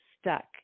stuck